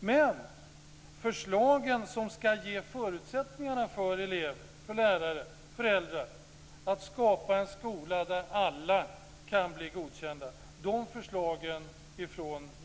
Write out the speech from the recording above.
Men de förslag från regeringen som ska ge förutsättningarna för elever, lärare och föräldrar att skapa en skola där alla kan bli godkända uteblir.